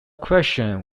question